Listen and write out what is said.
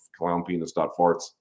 clownpenis.farts